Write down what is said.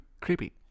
creepy